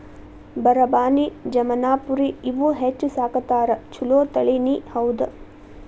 ಬರಬಾನಿ, ಜಮನಾಪುರಿ ಇವ ಹೆಚ್ಚ ಸಾಕತಾರ ಚುಲೊ ತಳಿನಿ ಹೌದ